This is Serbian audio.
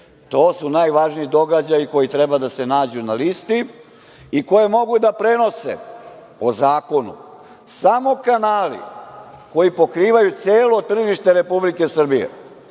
To su najvažniji događaji koji treba da se nađu na listi i koje mogu da prenose, po zakonu, samo kanali koji pokrivaju celo tržište Republike Srbije